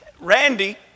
Randy